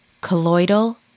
Colloidal